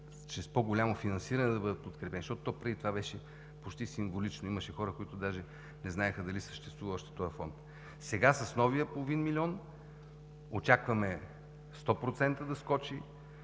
по-голямо финансиране да бъдат подкрепени, защото преди това беше почти символично. Имаше хора, които даже не знаеха дали този фонд съществува. Сега с новия половин милион очакваме 100% да скочи